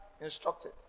instructed